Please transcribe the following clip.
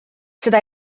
seda